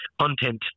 content